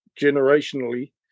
generationally